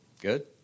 Good